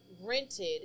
rented